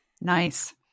Nice